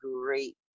great